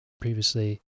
previously